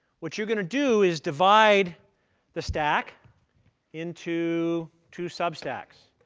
what you're going to do is divide the stack into two sub-stacks.